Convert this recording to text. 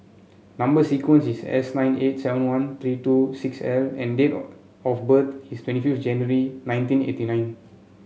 number sequence is S nine eight seven one three two six L and date of birth is twenty fifth January nineteen eighty nine